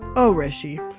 oh, hrishi,